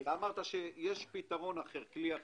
אמרת שיש שפתרון אחר, כלי אחר.